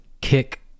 kick